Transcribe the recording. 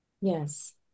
yes